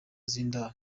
z’indaro